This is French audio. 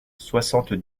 soixante